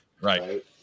Right